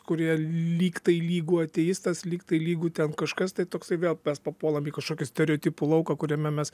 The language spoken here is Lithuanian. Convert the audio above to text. kurie lygtai lygu ateistas lygtai lygu ten kažkas tai toksai vėl mes papuolam į kažkokį stereotipų lauką kuriame mes